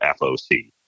FOC